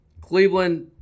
Cleveland